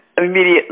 immediately